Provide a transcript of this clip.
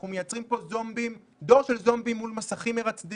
אנחנו מייצרים פה דור של זומבים מול מסכים מרצדים